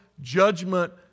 judgment